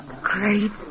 Great